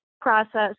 process